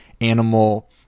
animal